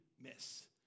miss